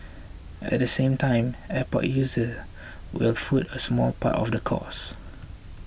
at the same time airport users will foot a small part of the cost